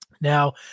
Now